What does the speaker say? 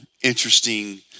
interesting